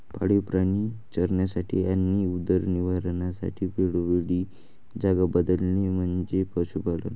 पाळीव प्राणी चरण्यासाठी आणि उदरनिर्वाहासाठी वेळोवेळी जागा बदलणे म्हणजे पशुपालन